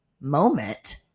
moment